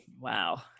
Wow